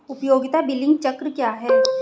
उपयोगिता बिलिंग चक्र क्या है?